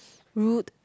rude